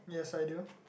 yes I do